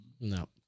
No